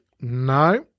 No